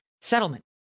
settlement